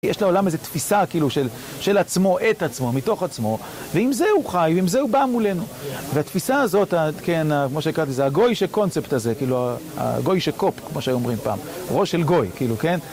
יש לעולם איזו תפיסה כאילו של עצמו, את עצמו, מתוך עצמו, ועם זה הוא חי ועם זה הוא בא מולנו. והתפיסה הזאת, כמו שהקראתי, זה הגוישה קונספט הזה כאילו הגוישה קופ, כמו שאומרים פעם, ראש אל גוי, כאילו, כן?